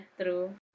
true